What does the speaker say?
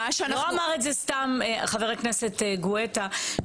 לא אמר את זה סתם חבר הכנסת גואטה,